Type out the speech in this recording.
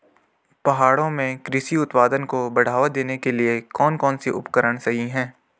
पहाड़ों में कृषि उत्पादन को बढ़ावा देने के लिए कौन कौन से उपकरण सही हैं?